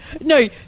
No